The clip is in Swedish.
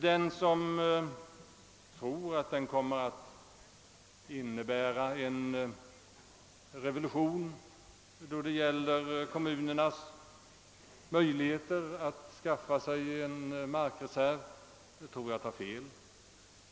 Den som tror att denna lag kommer att innebära en revolution i fråga om kommunernas möjligheter att skaffa sig en markreservy, tar nog fel.